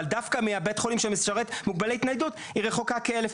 אבל דווקא מבית החולים שמשרת מוגבלי התניידות היא רחוקה כ-1,